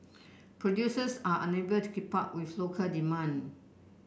producers are unable to keep up with local demand